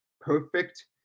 perfect